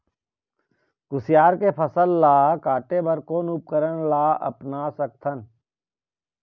कुसियार के फसल ला काटे बर कोन उपकरण ला अपना सकथन?